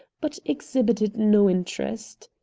but exhibited no interest.